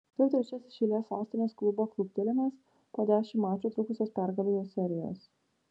tai jau trečiasis iš eilės sostinės klubo kluptelėjimas po dešimt mačų trukusios pergalių serijos